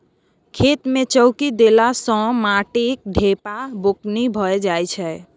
खेत मे चौकी देला सँ माटिक ढेपा बुकनी भए जाइ छै